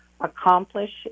accomplish